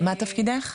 מה תפקידך?